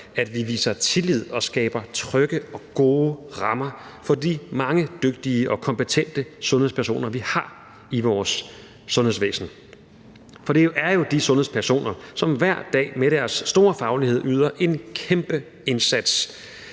at vi viser tillid og skaber trygge og gode rammer for de mange dygtige og kompetente sundhedspersoner, vi har i vores sundhedsvæsen, for det er jo de sundhedspersoner, som hver dag med deres store faglighed yder en kæmpe indsats